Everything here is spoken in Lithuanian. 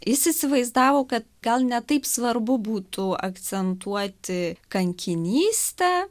jis įsivaizdavo kad gal ne taip svarbu būtų akcentuoti kankinystę